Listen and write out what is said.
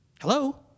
Hello